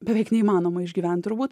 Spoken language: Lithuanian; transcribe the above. beveik neįmanoma išgyvent turbūt